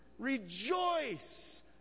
Rejoice